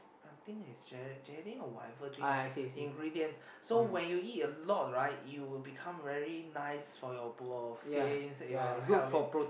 I think is gela~ gelatin or whatever thing ah ingredient so when you eat a lot right you will become very nice for your both skins it will help you